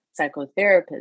psychotherapist